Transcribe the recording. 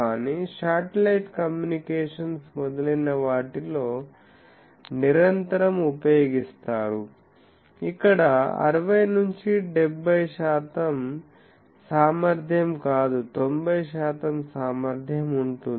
కానీ satellite communications మొదలైన వాటిలో నిరంతరం ఉపయోగిస్తారు ఇక్కడ 60 70 శాతం సామర్థ్యం కాదు90 శాతం సామర్థ్యం ఉంటుంది